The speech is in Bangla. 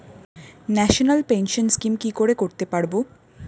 ন্যাশনাল পেনশন স্কিম কি করে করতে পারব?